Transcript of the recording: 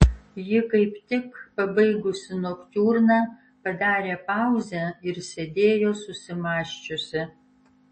ji kaip tik pabaigusi noktiurną padarė pauzę ir sėdėjo susimąsčiusi